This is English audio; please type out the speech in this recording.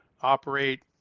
operate